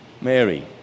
Mary